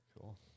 Cool